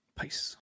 peace